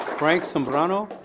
frank sambrano.